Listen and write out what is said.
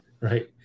right